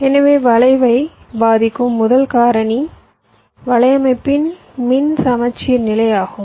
எனவே வளைவை பாதிக்கும் முதல் காரணி வலையமைப்பின் மின் சமச்சீர்நிலை ஆகும்